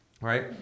Right